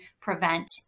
PREVENT